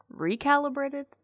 recalibrated